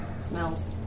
Smells